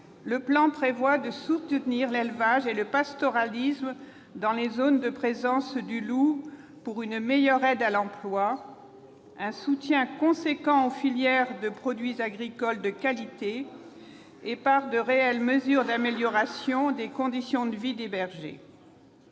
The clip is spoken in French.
le plan prévoit de soutenir l'élevage et le pastoralisme dans les zones de présence du loup par une meilleure aide à l'emploi, un soutien important aux filières de produits agricoles de qualité et par de réelles mesures d'amélioration des conditions de vie des bergers.